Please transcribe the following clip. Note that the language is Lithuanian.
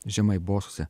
žemai bosuose